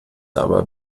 aber